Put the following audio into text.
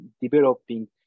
developing